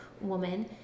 woman